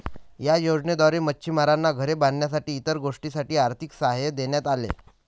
या योजनेद्वारे मच्छिमारांना घरे बांधण्यासाठी इतर गोष्टींसाठी आर्थिक सहाय्य देण्यात आले